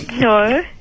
No